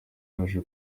yaje